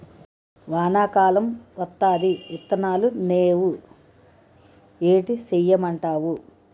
వానా కాలం వత్తాంది ఇత్తనాలు నేవు ఏటి సేయమంటావు